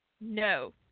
No